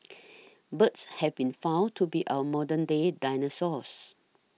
birds have been found to be our modern day dinosaurs